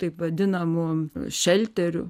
taip vadinamų šelterių